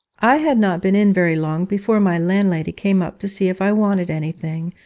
i had not been in very long before my landlady came up to see if i wanted anything,